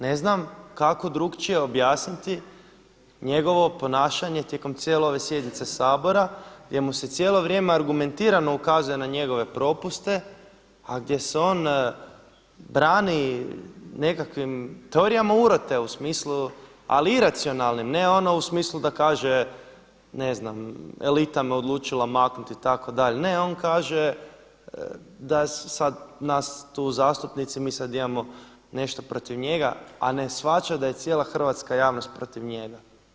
Ne znam kako drukčije objasniti njegovo ponašanje tijekom cijele ove sjednice Sabora gdje mu se cijelo vrijeme argumentirano ukazuje na njegove propuste a gdje se on brani nekakvim teorijama urote u smislu, ali iracionalnim, ne ono u smislu da kaže ne znam, elita me odlučila maknuti itd., ne on kaže da sada nas tu zastupnici, mi sada imamo nešto protiv njega, a ne shvaća da je cijela hrvatska javnost protiv njega.